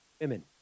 Women